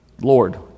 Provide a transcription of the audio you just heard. Lord